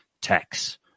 tax